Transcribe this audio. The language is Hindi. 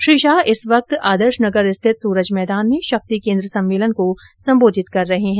श्री शाह इस वक्त आदर्शनगर स्थित सूरज मैदान में शक्ति केन्द्र सम्मेलन को संबोधित कर रहे है